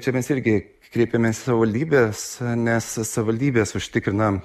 čia mes irgi kreipėmės į savivaldybes nes savivaldybės užtikrina